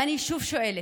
ואני שוב שואלת: